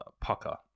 Pucker